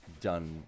done